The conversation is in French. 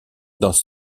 dans